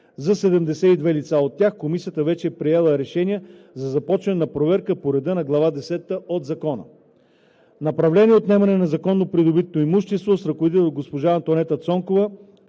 За 72 лица от тях Комисията вече е приела решения за започване на проверка по реда на Глава десета от Закона. Направление „Отнемане на незаконно придобитото имущество“ с ръководител госпожа Антоанета Цонкова